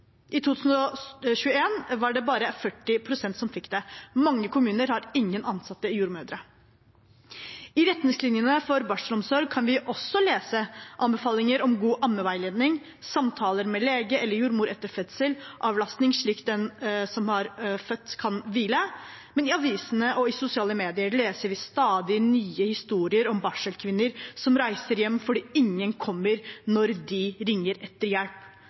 I 2021 var det bare 40 pst. som fikk det. Mange kommuner har ingen ansatte jordmødre. I retningslinjene for barselomsorgen kan vi også lese anbefalinger om god ammeveiledning, samtaler med lege eller jordmor etter fødsel og avlasting slik at den som har født, kan hvile, men i avisene og i sosiale medier leser vi stadig nye historier om barselkvinner som reiser hjem fordi ingen kommer når de ringer etter hjelp,